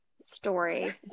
story